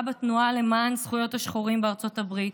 בתנועה למען זכויות השחורים בארצות הברית,